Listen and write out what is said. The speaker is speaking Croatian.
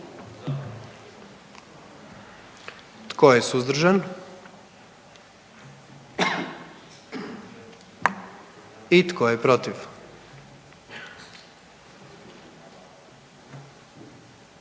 Tko je suzdržan? I tko je protiv?